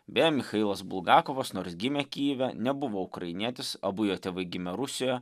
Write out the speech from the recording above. beje michailas bulgakovas nors gimė kijeve nebuvo ukrainietis abu jo tėvai gimė rusijoje